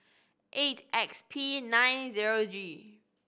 eight X P nine zero G